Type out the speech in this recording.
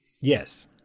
Yes